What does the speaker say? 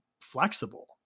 flexible